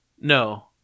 no